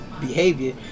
behavior